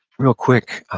real quick,